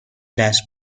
دست